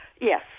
Yes